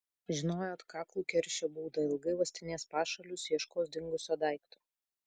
žinojo atkaklų keršio būdą ilgai uostinės pašalius ieškos dingusio daikto